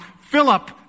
Philip